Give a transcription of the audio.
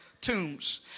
Tombs